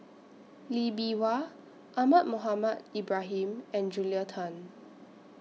Lee Bee Wah Ahmad Mohamed Ibrahim and Julia Tan